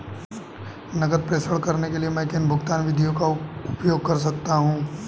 नकद प्रेषण करने के लिए मैं किन भुगतान विधियों का उपयोग कर सकता हूँ?